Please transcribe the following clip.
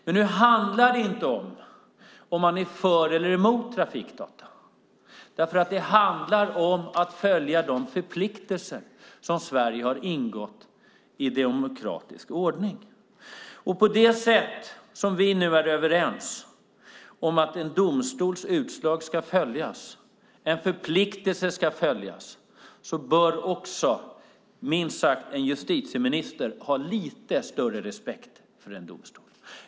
Men nu handlar det inte om ifall man är för eller emot trafikdata, därför att det handlar om att följa de förpliktelser som Sverige har ingått i demokratisk ordning. På samma sätt som vi nu är överens om att en domstols utslag ska följas, att en förpliktelse ska följas, bör minst sagt en justitieminister ha lite större respekt för en domstol.